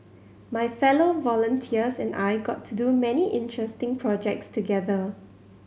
my fellow volunteers and I got to do many interesting projects together